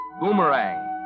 Boomerang